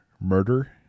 murder